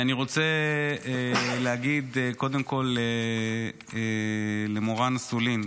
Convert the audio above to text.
אני רוצה להגיד קודם כול למורן אסולין,